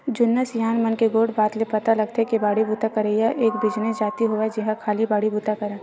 जुन्ना सियान मन के गोठ बात ले पता लगथे के बाड़ी बूता करइया एक बिसेस जाति होवय जेहा खाली बाड़ी बुता करय